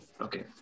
okay